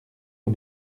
aux